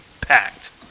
packed